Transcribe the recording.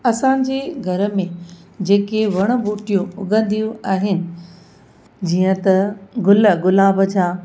असांजे घर में जेके वण ॿूटियूं उंगदियूं आहिनि जीअं त गुल गुलाब जा